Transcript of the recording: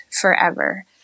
forever